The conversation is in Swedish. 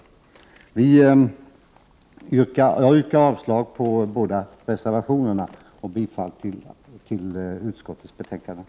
Jag yrkar avslag på de båda reservationerna och bifall till hemställan i utskottsbetänkandet.